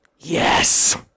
Yes